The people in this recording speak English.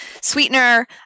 sweetener